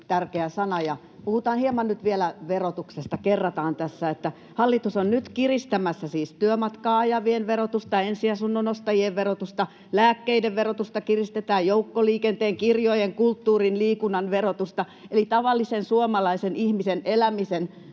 tärkeä sana, ja puhutaan hieman nyt vielä verotuksesta. Kerrataan tässä, että hallitus siis on nyt kiristämässä työmatkaa ajavien verotusta, ensiasunnon ostajien verotusta, lääkkeiden verotusta kiristetään, joukkoliikenteen, kirjojen, kulttuurin ja liikunnan verotusta kiristetään, eli tavallisen suomalaisen ihmisen elämisen